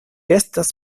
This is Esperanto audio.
estas